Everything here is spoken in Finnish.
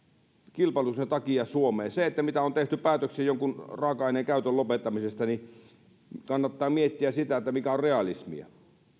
kilpailutuksen takia suomeen on tehty päätöksiä jonkun raaka aineen käytön lopettamisesta mutta kannattaa miettiä sitä mikä on realismia